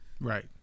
right